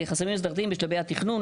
"חסמים אסדרתיים בשלבי התכנון,